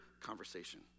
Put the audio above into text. conversation